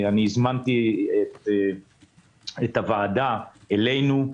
הזמנתי את הוועדה אלינו.